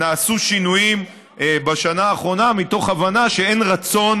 נעשו שינויים בשנה האחרונה מתוך הבנה שאין רצון